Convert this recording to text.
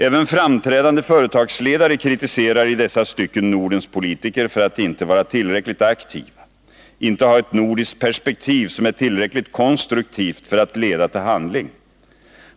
Även framträdande företagsledare kritiserar i dessa stycken Nordens politiker för att icke vara tillräckligt aktiva, inte ha ett nordiskt perspektiv som är tillräckligt konstruktivt för att leda till handling.